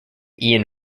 ian